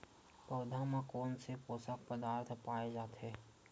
पौधा मा कोन से पोषक पदार्थ पाए जाथे?